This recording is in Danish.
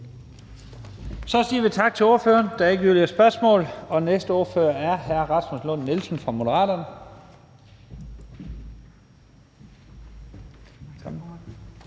Så siger vi tak til ordføreren. Der er ikke yderligere spørgsmål. Næste ordfører er hr. Rasmus Lund-Nielsen fra Moderaterne. Velkommen.